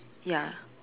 ya